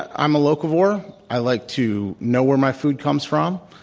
i'm a locavore. i like to know where my food comes from.